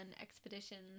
expeditions